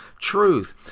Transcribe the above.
truth